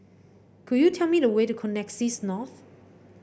could you tell me the way to Connexis North